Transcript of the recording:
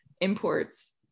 imports